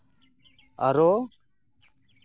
ᱟᱨᱚ